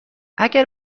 اگر